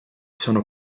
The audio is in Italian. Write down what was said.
sono